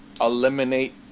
eliminate